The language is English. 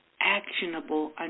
actionable